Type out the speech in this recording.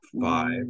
five